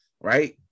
right